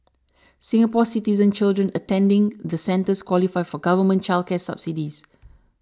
Singapore Citizen children attending the centres qualify for government child care subsidies